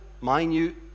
minute